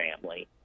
family